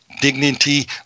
dignity